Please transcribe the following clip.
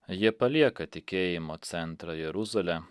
jie palieka tikėjimo centrą jeruzalę